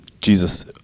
Jesus